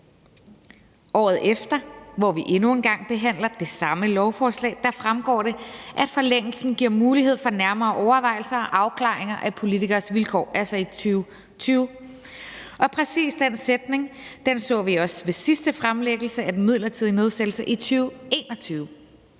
i 2020, hvor vi endnu en gang behandler det samme lovforslag, fremgår det, at forlængelsen giver mulighed for nærmere overvejelser og afklaringer af politikeres vilkår. Præcis den sætning så vi også ved sidste fremlæggelse af den midlertidige nedsættelse i 2021.